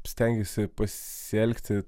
stengiesi pasielgti